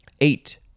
Eight